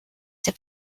the